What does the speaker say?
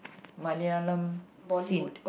Malayalam scene